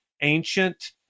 ancient